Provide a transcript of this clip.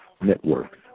Network